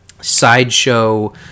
sideshow